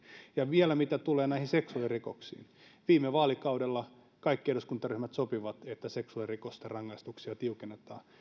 ja vielä mitä tulee näihin seksuaalirikoksiin viime vaalikaudella kaikki eduskuntaryhmät sopivat että seksuaalirikosten rangaistuksia tiukennetaan